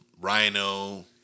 Rhino